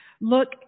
Look